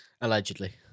Allegedly